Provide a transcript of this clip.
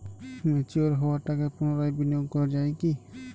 Mature হওয়া টাকা পুনরায় বিনিয়োগ করা য়ায় কি?